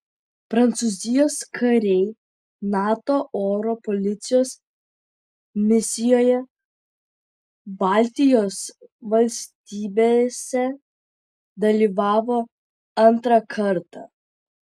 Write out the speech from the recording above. prancūzijos kariai nato oro policijos misijoje baltijos valstybėse dalyvavo antrą kartą